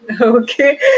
okay